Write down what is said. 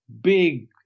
big